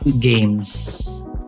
games